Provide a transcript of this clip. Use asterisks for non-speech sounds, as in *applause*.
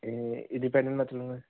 *unintelligible* ਮਤਲਬ